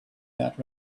that